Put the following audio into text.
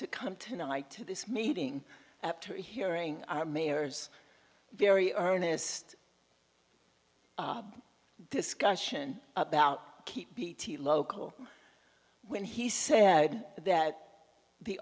to come tonight to this meeting after hearing our mayors very earnest discussion about keep beattie local when he said that the